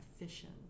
efficient